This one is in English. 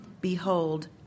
Behold